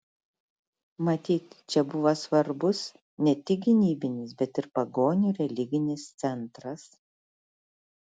matyt čia buvo svarbus ne tik gynybinis bet ir pagonių religinis centras